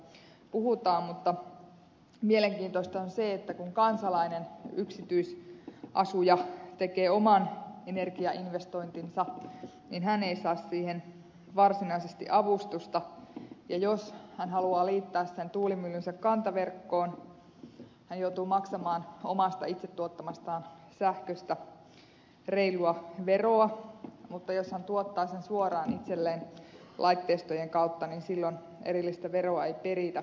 mutta mielenkiintoista on se että kun kansalainen yksityisasuja tekee oman energiainvestointinsa niin hän ei saa siihen varsinaisesti avustusta ja jos hän haluaa liittää sen tuulimyllynsä kantaverkkoon hän joutuu maksamaan omasta itse tuottamastaan sähköstä reilua veroa mutta jos hän tuottaa sen suoraan itselleen laitteistojen kautta niin silloin erillistä veroa ei peritä